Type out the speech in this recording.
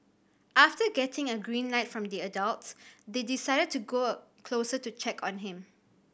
after getting a green light from the adults they decided to go a closer to check on him